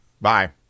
Bye